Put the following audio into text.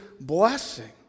blessing